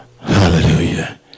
hallelujah